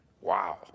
Wow